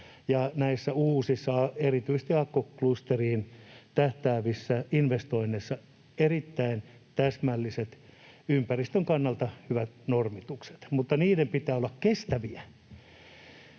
näissä uusissa, erityisesti akkuklusteriin tähtäävissä investoinneissa erittäin täsmälliset, ympäristön kannalta hyvät normitukset, mutta niiden pitää olla kestäviä.